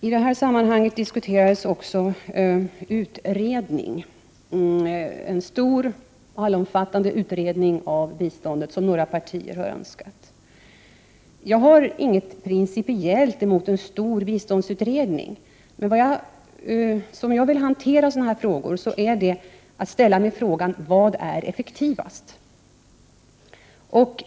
I detta sammanhang diskuterades också frågan om en utredning. Några partier har önskat en stor allomfattande utredning av biståndet. Jag har inget principiellt emot en stor biståndsutredning. Jag vill dock hantera sådana frågor på så sätt att det avgörande är vad som är effektivast.